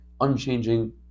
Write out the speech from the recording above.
unchanging